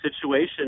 situation